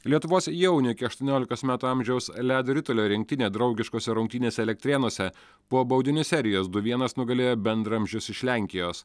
lietuvos jaunių iki aštuoniolikos metų amžiaus ledo ritulio rinktinė draugiškose rungtynėse elektrėnuose po baudinių serijos du vienas nugalėjo bendraamžius iš lenkijos